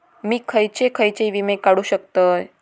मी खयचे खयचे विमे काढू शकतय?